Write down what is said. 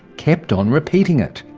kept on repeating it,